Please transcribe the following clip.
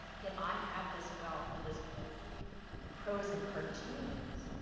yet i have this wealth of this poetry and prose and cartoons.